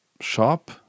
shop